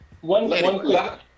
One